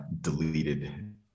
deleted